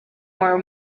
more